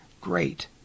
great